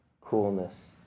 coolness